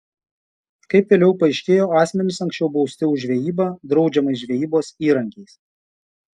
kaip vėliau paaiškėjo asmenys anksčiau bausti už žvejybą draudžiamais žvejybos įrankiais